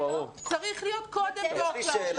צריך להיות קודם דוח שעות,